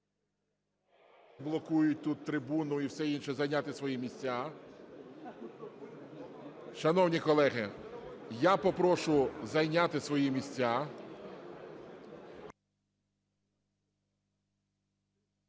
блокують тут трибуну і все інше, зайняти свої місця. Шановні колеги, я попрошу зайняти свої місця.